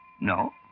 No